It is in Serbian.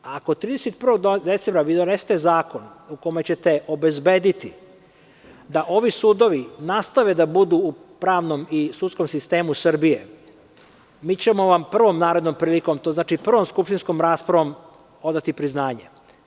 Ako 31. decembra vi donesete zakon u kojem ćete obezbediti da ovi sudovi nastave da budu u pravnom i sudskom sistemu Srbije, mi ćemo vam prvom narednom prilikom to znači prvom skupštinskom raspravom odati priznanje.